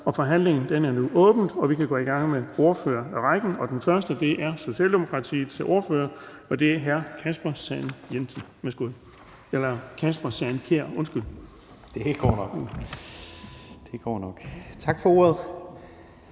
Forhandlingen er nu åbnet, og vi kan gå i gang med ordførerrækken. Den første er Socialdemokratiets ordfører, og det er hr. Kasper Sand Kjær. Værsgo. Kl. 13:02 (Ordfører)